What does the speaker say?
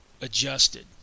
adjusted